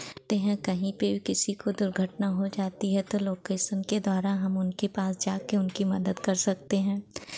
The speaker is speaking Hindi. ते हैं कहीं पे भी किसी को दुर्घटना हो जाती है तो लोकेशन के द्वारा हम उनके पास जाके उनकी मदद कर सकते हैं